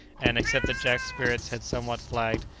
and, except that jack's spirits had somewhat flagged,